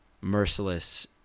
merciless